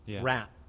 rat